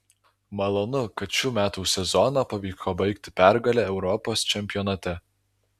malonu kad šių metų sezoną pavyko baigti pergale europos čempionate